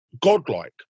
godlike